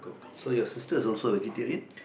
so your sister is also vegetarian